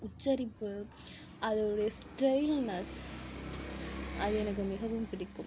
உச்சரிப்பு அது உடைய ஸ்டைல்னஸ் அது எனக்கு மிகவும் பிடிக்கும்